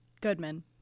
Goodman